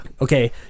Okay